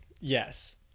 yes